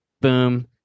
Boom